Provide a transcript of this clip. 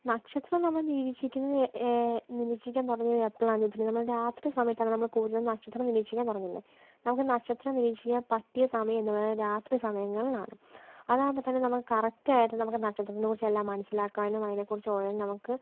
നക്ഷത്രം നമ്മൾ നിരീക്ഷിക്കുന്നത് നിരീക്ഷിക്കാൻ തുടങ്ങുന്നത് എപ്പോഴാണെന്ന് വെച്ചാൽ നമ്മൾ രാത്രി സമയത്താണ് കൂടുതലും നക്ഷത്രം നിരീക്ഷിക്കാൻ തുടങ്ങുന്നത് നമുക്ക് നക്ഷത്രം നിരീക്ഷിക്കാൻ പറ്റിയ സമയം എന്ന് പറയുന്നത് രാത്രി സമയങ്ങളിലാണ് അതാവുമ്പൊത്തന്നെ നമുക്ക് കറക്റ്റായിട്ട് നമുക്ക് നക്ഷത്രങ്ങളെക്കുറിച്ച് എല്ലാം മനസ്സിലാക്കാനും അതിനെക്കുറിച്ച് ഓരോന്ന് നമുക്ക്